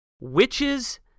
witches